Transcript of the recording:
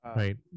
right